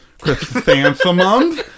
chrysanthemum